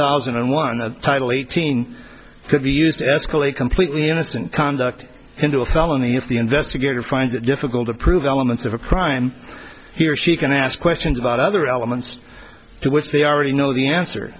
thousand and one of title eighteen could be used to escalate completely innocent conduct into a felony if the investigator finds it difficult to prove elements of a crime he or she can ask questions about other elements to which they already know the answer